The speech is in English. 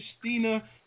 Christina